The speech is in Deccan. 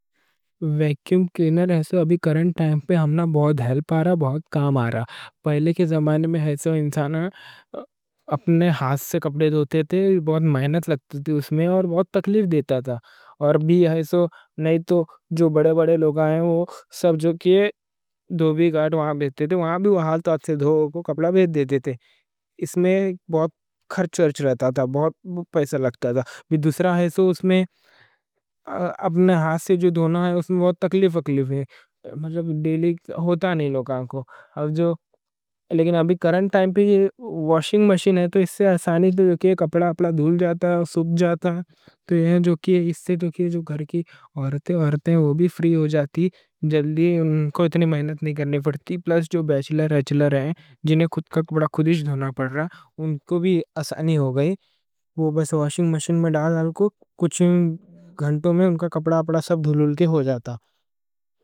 ویکیوم کلینر ابھی کرنٹ ٹائم پہ ہمنا بہت ہیلپ آرہا، بہت کام آرہا پہلے کے زمانے میں انسان اپنے ہاتھ سے کپڑے دھوتے تھے، بہت محنت لگتی تھی اور بہت تکلیف رہتی تھی اور بھی جو بڑے بڑے لوگ، سب جو کیے، دھوبی گھاٹ وہاں بھی، وہاں بھی، وہاں ہاتھ سے کپڑا دھوتے تھے اس میں بہت خرچ رہتا تھا، بہت پیسہ لگتا تھا دوسرا ہے سو، اس میں اپنے ہاتھ سے جو دھونا ہے، اس میں بہت تکلیف تکلیف رہتی لیکن ابھی کرنٹ ٹائم پہ واشنگ مشین ہے، تو اس سے آسانی، کپڑا اپنا دھل جاتا، سُک جاتا تو یہ جو کیے، اس سے جو گھر کی عورتیں عورتیں وہ بھی فری ہو جاتی، جلدی ان کو اتنی محنت نہیں کرنے پڑتی پلس جو بیچلر ریچلر ہیں جنھیں خود کا کپڑا خود دھونا پڑ رہا، ان کو بھی آسانی ہو گئی وہ بس واشنگ مشین میں ڈال، کچھ گھنٹوں میں ان کا کپڑا سب دُھل کے ہو جاتا